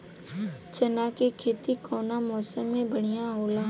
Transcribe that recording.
चना के खेती कउना मौसम मे बढ़ियां होला?